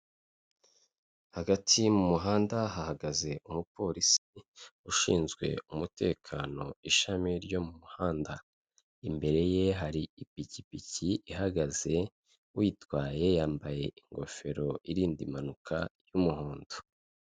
Hagati mu muhanda hahagaze umupolisi ushinzwe umutekano ishami ryo muhanda, imbere ye hari ipikipiki ihagaze uyitwaye yambaye ingofero irinda impanuka y'umuhondo.